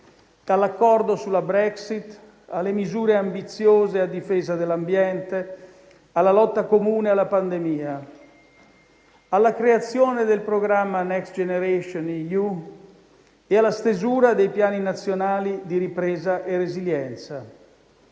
dall'accordo sulla Brexit alle misure ambiziose a difesa dell'ambiente, alla lotta comune alla pandemia, alla creazione del programma Next generation EU e alla stesura dei Piani nazionali di ripresa e resilienza.